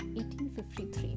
1853